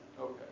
Okay